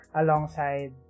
alongside